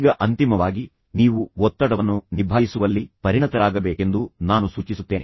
ಈಗ ಅಂತಿಮವಾಗಿ ನೀವು ಒತ್ತಡವನ್ನು ನಿಭಾಯಿಸುವಲ್ಲಿ ಪರಿಣತರಾಗಬೇಕೆಂದು ನಾನು ಸೂಚಿಸುತ್ತೇನೆ